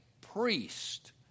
priest